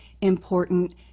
important